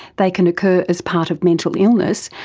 they can occur as part of mental illness,